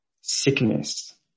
sickness